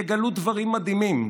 יגלו דברים מדהימים: